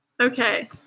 okay